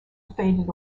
faded